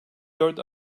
dört